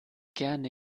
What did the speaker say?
gerne